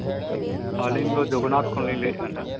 ᱟᱹᱞᱤᱧ ᱫᱚ ᱡᱚᱜᱚᱱᱱᱟᱛᱷ ᱠᱷᱚᱱᱞᱤᱧ ᱞᱟᱹᱭᱮᱫᱼᱟ ᱦᱟᱸᱜ